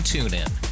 TuneIn